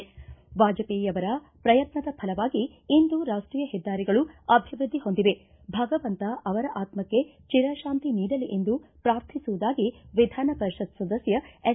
ವಾಜಪೇಯಿಯವರ ಪ್ರಯತ್ನದ ಫಲವಾಗಿ ಇಂದು ರಾಷ್ವೀಯ ಹೆದ್ದಾರಿಗಳು ಅಭಿವೃದ್ಧಿ ಹೊಂದಿವೆ ಭಗವಂತ ಅವರ ಆತ್ಮಕ್ಷೆ ಚಿರತಾಂತಿ ನೀಡಲಿ ಎಂದು ಪ್ರಾರ್ಥಿಸುವುದಾಗಿ ವಿಧಾನ ಪರಿಷತ್ ಸದಸ್ಕ ಎಸ್